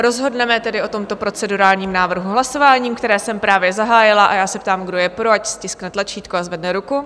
Rozhodneme tedy o tomto procedurálním návrhu hlasováním, které jsem právě zahájila, a já se ptám, kdo je pro, ať stiskne tlačítko a zvedne ruku.